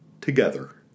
Together